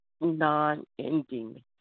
non-ending